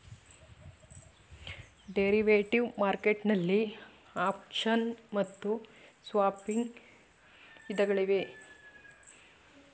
derivative market ನಲ್ಲಿ option ಮತ್ತು swapping ವಿಧಗಳಿವೆ